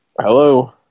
Hello